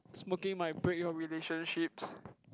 smoking might break your relationships